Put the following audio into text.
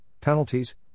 penalties